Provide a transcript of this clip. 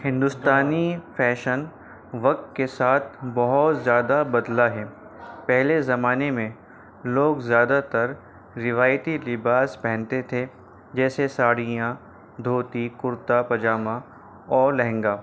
ہندوستانی فیشن وقت کے ساتھ بہت زیادہ بدلا ہے پہلے زمانے میں لوگ زیادہ تر روایتی لباس پہنتے تھے جیسے ساڑیاں دھوتی کرتا پاجامہ اور لہنگا